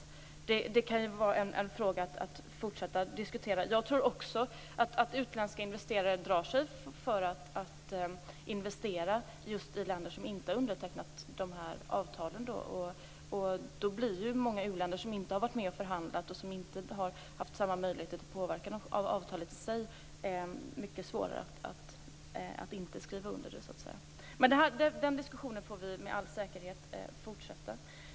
Det kan vara en fråga att fortsätta att diskutera. Jag tror också att utländska investerare drar sig för att investera i länder som inte har undertecknat de här avtalen. Det blir därför mycket svårare för många av de u-länder som inte varit med om förhandlingarna och inte haft möjlighet till påverkan av avtalen att låta bli att skriva under. Men den diskussionen får vi med all säkerhet fortsätta.